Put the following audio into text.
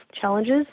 challenges